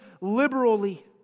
liberally